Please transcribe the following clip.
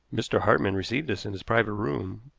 mr. hartmann received us in his private room,